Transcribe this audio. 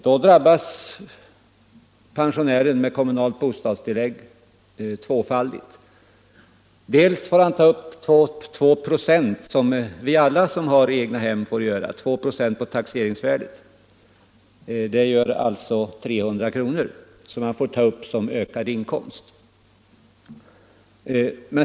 Då drabbas sådan pensionär med kommunalt bostadstillägg tvåfaldigt. Först får han ta upp 2 96 av taxeringsvärdet — som vi alla får göra som har egnahem. Det gör 300 kr., som han får ta upp som ökad inkomst.